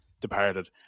departed